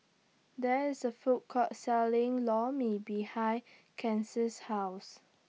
There IS A Food Court Selling Lor Mee behind House